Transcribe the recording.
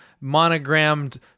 monogrammed